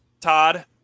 Todd